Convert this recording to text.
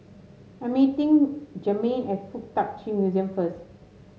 I'm meeting Germaine at FuK Tak Chi Museum first